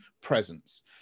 presence